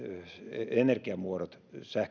energiamuodot